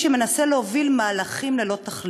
שמנסה להוביל מהלכים ללא תכלית.